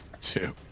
two